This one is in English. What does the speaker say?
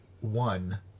one